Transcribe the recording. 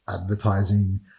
advertising